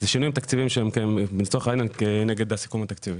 זה שינויים תקציביים שהם לצורך העניין כנגד הסיכום התקציבי.